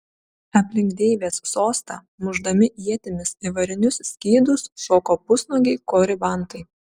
aplink deivės sostą mušdami ietimis į varinius skydus šoko pusnuogiai koribantai